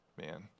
man